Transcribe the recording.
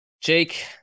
Jake